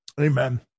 Amen